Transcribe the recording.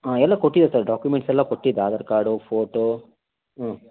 ಹಾಂ ಎಲ್ಲ ಕೊಟ್ಟಿದ್ದೆ ಸರ್ ಡಾಕ್ಯುಮೆಂಟ್ಸ್ ಎಲ್ಲ ಕೊಟ್ಟಿದ್ದೆ ಆಧಾರ್ ಕಾರ್ಡು ಫೋಟೋ ಹ್ಞೂ